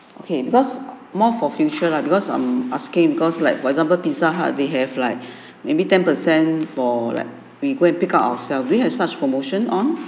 okay because more for future lah because I'm asking because like for example pizza hut they have like maybe ten percent for like we go and pick up ourselves do you have such promotion on